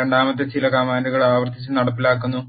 രണ്ടാമത്തേത് ചില കമാൻഡുകൾ ആവർത്തിച്ച് നടപ്പിലാക്കുന്നു